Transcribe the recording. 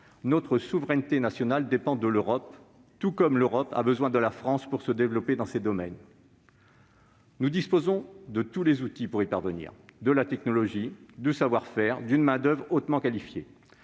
notre souveraineté nationale dépend de l'Europe, tout comme l'Europe a besoin de la France pour se développer dans ces domaines. Nous disposons de tous les outils pour y parvenir : la technologie, le savoir-faire, une main-d'oeuvre hautement qualifiée.